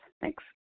Thanks